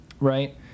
right